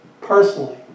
personally